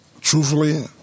Truthfully